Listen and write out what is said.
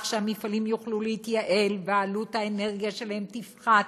שהמפעלים יוכלו להתייעל ועלות האנרגיה שלהם תפחת,